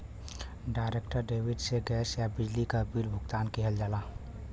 direct debit से gas या बिजली क बिल भुगतान किहल जाला